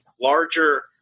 larger